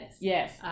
Yes